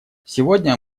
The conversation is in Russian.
сегодня